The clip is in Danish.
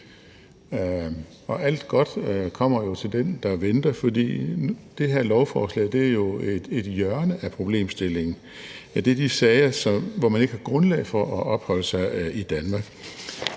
alt godt kommer jo til den, der venter. For det her lovforslag er jo et hjørne af problemstillingen, altså de sager, hvor man ikke har grundlag for at opholde sig i Danmark,